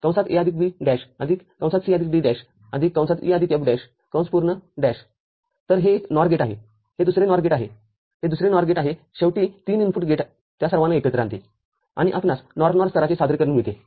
E F" A B'C D'E F" तरहे एक NOR gate आहेहे दुसरे NOR गेट आहेहे दुसरे NOR गेट आहेशेवटीतीन इनपुटगेटत्या सर्वांना एकत्र करते आणि आपणास NOR NOR स्तराचे सादरीकरण मिळते